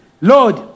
Lord